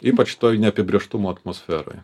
ypač šitoj neapibrėžtumo atmosferoj